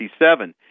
1967